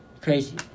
Crazy